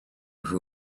who